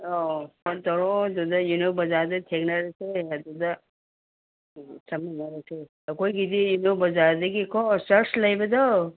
ꯑꯣ ꯐꯣꯟ ꯇꯧꯔꯛꯑꯣ ꯑꯗꯨꯗ ꯌꯦꯜꯂꯣ ꯕꯖꯥꯔꯗ ꯊꯦꯡꯅꯔꯁꯦ ꯑꯗꯨꯗ ꯎꯝ ꯆꯠꯃꯤꯟꯅꯔꯁꯦ ꯑꯩꯈꯣꯏꯒꯤꯗꯤ ꯌꯦꯜꯂꯣ ꯕꯖꯥꯔꯗꯒꯤꯀꯣ ꯆꯥꯔꯁ ꯂꯩꯕꯗꯣ